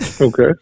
okay